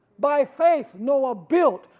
by faith noah built,